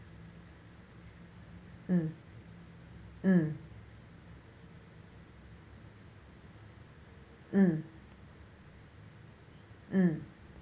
mm mm mm mm